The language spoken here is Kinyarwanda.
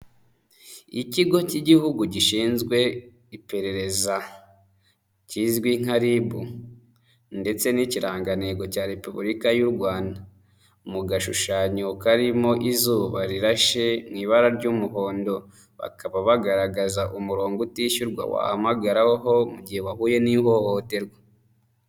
Ikigo cy'igihugu gishinzwe iperereza kizwi nka RIB, ndetse n'ikirangantego cya repubulika y'u rwanda. Mu gashushanyo karimo izuba rirashe, mw'i ibara ry'umuhondo bakaba bagaragaza umurongo utishyurwa wahamagaraweho mu gihe bahuye n'ihohoterwa.